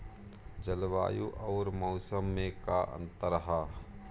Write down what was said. जलवायु अउर मौसम में का अंतर ह?